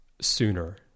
sooner